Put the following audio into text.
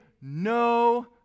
no